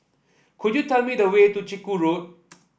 could you tell me the way to Chiku Road